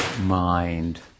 mind